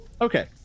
okay